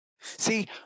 See